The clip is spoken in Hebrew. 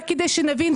רק כדי שנבין,